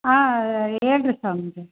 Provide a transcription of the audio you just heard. ಹಾಂ ಹೇಳ್ಬೇಕ್ ಸ್ವಾಮೀಜಿ